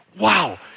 wow